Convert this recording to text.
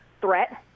threat